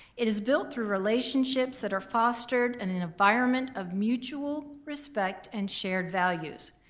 it is built through relationships that are fostered in an environment of mutual respect and shared values.